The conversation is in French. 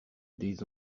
des